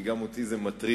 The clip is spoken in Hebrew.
כי גם אותי זה מטריד